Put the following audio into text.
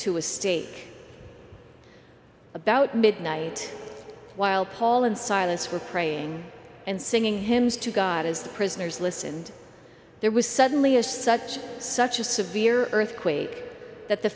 a state about midnight while paul and silas were praying and singing hymns to god as the prisoners listened there was suddenly a such such a severe earthquake that the